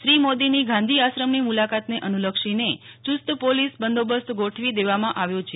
શ્રી મોદીની ગાંધી આશ્રમની મુલાકાતને અનુલક્ષીને આજે સવારથી જયુસ્ત પોલીસ બંદોબસ્ત ગોઠવી દેવામાં આવ્યો છે